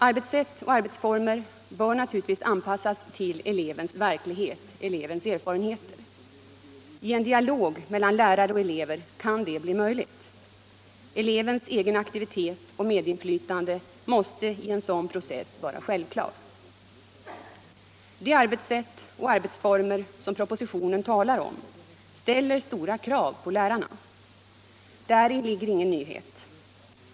Arbetssätt och arbetsformer bör naturligtvis anpassas till elevens verklighet och erfarenheter. I en dialog mellan lärare och elever kan detta bli möjligt. Elevens egen aktivitet och medinflytande måste i denna process vara självklara. Det arbetssätt och de arbetsformer som propositionen talar om ställer stora krav på lärarna. Däri ligger ingen nyhet.